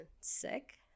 sick